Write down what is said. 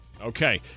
Okay